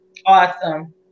awesome